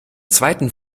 zweiten